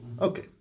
Okay